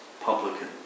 publican